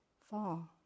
fall